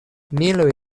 miloj